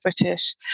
British